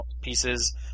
pieces